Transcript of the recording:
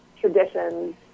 traditions